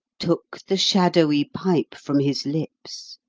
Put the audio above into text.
took the shadowy pipe from his lips,